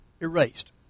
erased